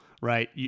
right